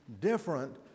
different